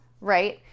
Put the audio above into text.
right